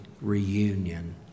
reunion